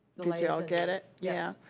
like yeah all get it, yeah?